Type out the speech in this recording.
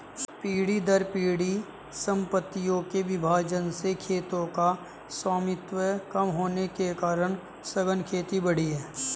पीढ़ी दर पीढ़ी सम्पत्तियों के विभाजन से खेतों का स्वामित्व कम होने के कारण सघन खेती बढ़ी है